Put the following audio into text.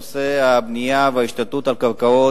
נושא הבנייה וההשתלטות על קרקעות,